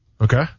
Okay